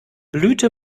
blüte